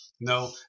No